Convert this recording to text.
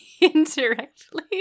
indirectly